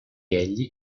egli